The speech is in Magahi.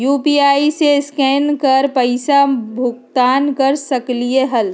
यू.पी.आई से स्केन कर पईसा भुगतान कर सकलीहल?